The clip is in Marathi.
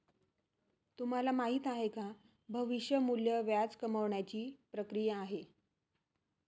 तुम्हाला माहिती आहे का? भविष्य मूल्य व्याज कमावण्याची ची प्रक्रिया आहे